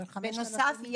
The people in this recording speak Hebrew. בנוסף,